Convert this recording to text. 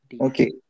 Okay